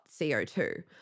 CO2